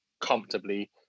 comfortably